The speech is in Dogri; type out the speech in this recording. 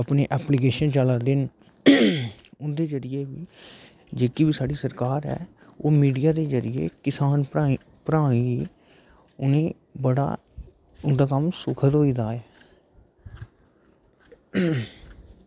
जेह्के एप्लीकेशन चला दे न उंदे जरिये बी जेह्की साढ़ी सरकार ऐ ओह् मीडिया दे जरिए किसान भ्राएं गी उनें बड़ा उंदा कम्म सुखद होई गेदा ऐ